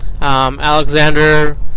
Alexander